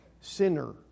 sinner